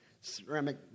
ceramic